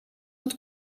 het